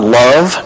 love